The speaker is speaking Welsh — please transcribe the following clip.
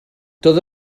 doedd